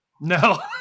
No